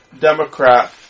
Democrat